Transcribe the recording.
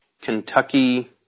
Kentucky